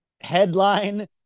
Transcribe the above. headline